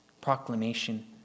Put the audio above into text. proclamation